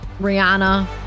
Rihanna